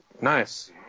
nice